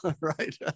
right